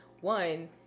one